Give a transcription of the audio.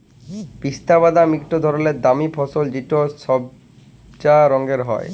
পিস্তা বাদাম ইকট ধরলের দামি ফসল যেট সইবজা রঙের হ্যয়